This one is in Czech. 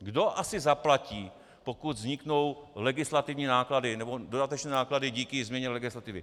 Kdo asi zaplatí, pokud vzniknou legislativní nebo dodatečné náklady díky změně legislativy?